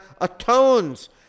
atones